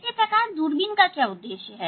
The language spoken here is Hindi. इसी प्रकार दूरबीन का क्या उद्देश्य है